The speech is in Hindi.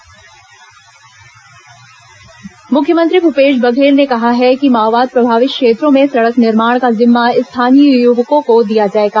मुख्यमंत्री माओवाद क्षेत्र सड़क मुख्यमंत्री भूपेश बघेल ने कहा है कि माओवाद प्रभावित क्षेत्रों में सड़क निर्माण का जिम्मा स्थानीय युवकों को दिया जाएगा